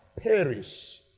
perish